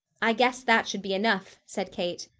i guess that should be enough, said kate.